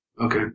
Okay